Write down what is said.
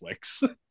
Netflix